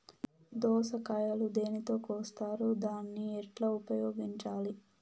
దోస కాయలు దేనితో కోస్తారు దాన్ని ఎట్లా ఉపయోగించాలి?